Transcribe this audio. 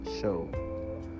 show